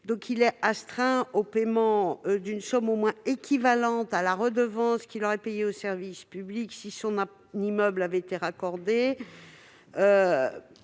serait astreint au paiement d'une somme au moins équivalente à la redevance qu'il aurait payée au service public si son immeuble avait été raccordé.